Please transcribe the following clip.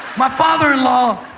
my father-in-law